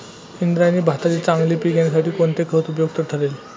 इंद्रायणी भाताचे चांगले पीक येण्यासाठी कोणते खत उपयुक्त ठरेल?